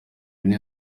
iyo